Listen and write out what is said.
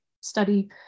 study